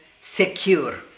secure